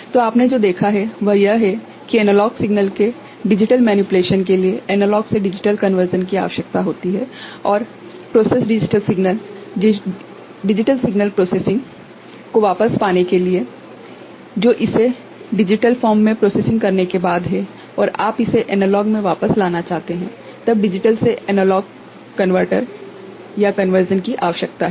तो आपने जो देखा है वह यह है कि एनालॉग सिग्नल के डिजिटल बदलाव के लिए एनालॉग से डिजिटल रूपांतरण की आवश्यकता होती है और संसाधित डिजिटल सिग्नल डिजिटली संसाधित सिग्नल को वापस पाने के लिए जो इसे डिजिटल रूप में संसाधित करने के बाद है और आप इसे एनालॉग में वापस लाना चाहते हैं तब डिजिटल से एनालॉग रूपांतरण की आवश्यकता है